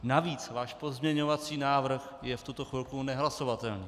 Navíc váš pozměňovací návrh je v tuto chvíli nehlasovatelný.